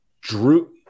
drew –